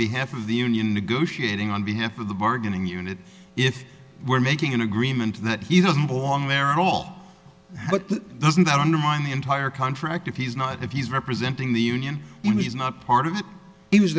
behalf of the union negotiating on behalf of the bargaining unit if we're making an agreement that he doesn't belong there at all but doesn't that undermine the entire contract if he's not if he's representing the union and he's not part of it